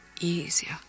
easier